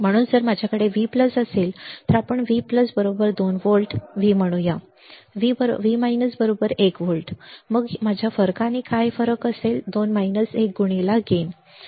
म्हणून जर माझ्याकडे V असेल तर आपण V 2 व्होल्ट V म्हणूया V 1V मग माझ्या फरकाने काय फरक असेल गेन